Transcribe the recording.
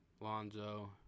Lonzo